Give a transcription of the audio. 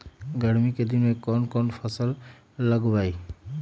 गर्मी के दिन में कौन कौन फसल लगबई?